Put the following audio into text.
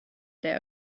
they